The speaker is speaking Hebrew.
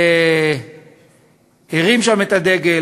הוא הרים שם את הדגל,